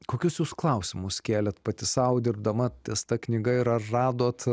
kokius jūs klausimus kėlėt pati sau dirbdama ties ta knyga ir ar radot